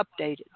updated